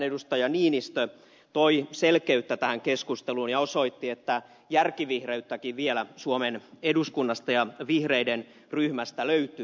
ville niinistö toi selkeyttä tähän keskusteluun ja osoitti että järkivihreyttäkin vielä suomen eduskunnasta ja vihreiden ryhmästä löytyy